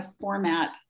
format